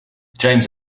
james